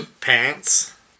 pants